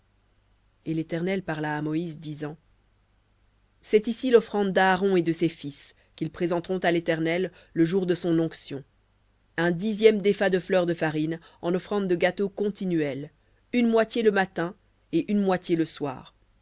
et l'éternel parla à moïse disant cest ici l'offrande d'aaron et de ses fils qu'ils présenteront à l'éternel le jour de son onction un dixième d'épha de fleur de farine en offrande de gâteau continuelle une moitié le matin et une moitié le soir